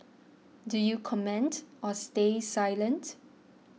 do you comment or stay silent